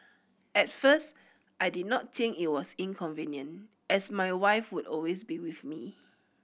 at first I did not think it was inconvenient as my wife would always be with me